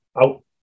out